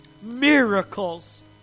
Miracles